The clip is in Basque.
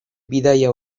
bidaia